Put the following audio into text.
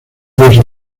varios